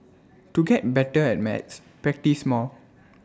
to get better at maths practise more